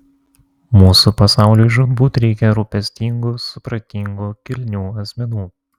mūsų pasauliui žūtbūt reikia rūpestingų supratingų kilnių asmenų